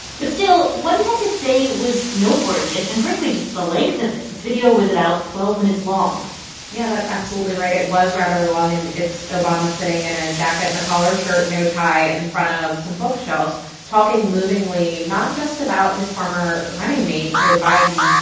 but still, what he had to say was noteworthy and and frankly just the length of this. this video was about twelve minutes long yeah. that's absolutely right. it was rather long, and it's obama sitting in a jacket and a collared shirt, no tie, in front of some bookshelves talking movingly not just about his former running mate, joe biden,